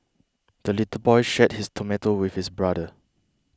the little boy shared his tomato with his brother